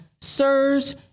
sirs